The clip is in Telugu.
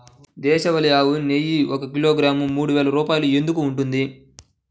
దేశవాళీ ఆవు నెయ్యి ఒక కిలోగ్రాము మూడు వేలు రూపాయలు ఎందుకు ఉంటుంది?